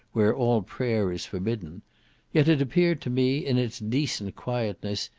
where all prayer is forbidden yet it appeared to me, in its decent quietness,